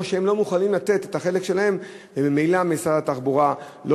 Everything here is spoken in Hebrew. או שהם לא מוכנים לתת את החלק שלהם וממילא משרד התחבורה לא